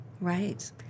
Right